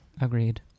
Agreed